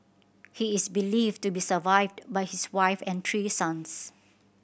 he is believed to be survived by his wife and three sons